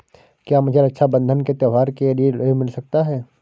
क्या मुझे रक्षाबंधन के त्योहार के लिए ऋण मिल सकता है?